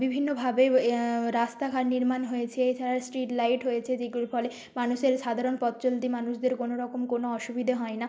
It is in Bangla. বিভিন্নভাবে রাস্তাঘাট নির্মাণ হয়েছে এছাড়া স্ট্রিট লাইট হয়েছে যেগুলোর ফলে মানুষের সাধারণ পথচলতি মানুষদের কোনওরকম কোনও অসুবিধে হয় না